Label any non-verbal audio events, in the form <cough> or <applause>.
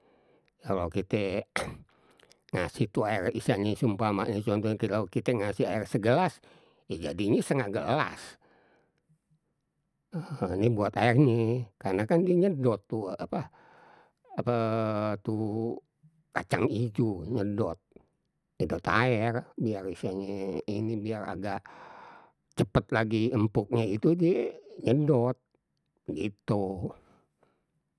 Kalau kite <noise> ngasih tu <unintelligible> istilahnye seumpamanye <unintelligible> kite ngasih air segelas, ta jadinye setengah gelas. <hesitation> ni buat airnye karena <unintelligible> apa tu kacang ijo nyedot, nyedot air biar misalnye ini biar agak cepet lagi empuknye itu si nyedot gitu.